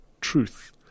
truth